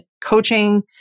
coaching